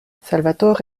salvatore